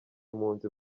impunzi